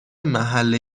محله